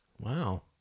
Wow